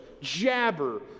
jabber